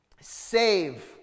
save